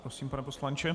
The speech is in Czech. Prosím pane poslanče.